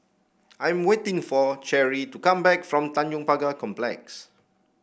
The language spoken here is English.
I'm waiting for Cheri to come back from Tanjong Pagar Complex